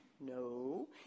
no